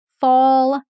fall